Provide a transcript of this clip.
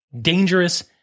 dangerous